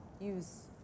use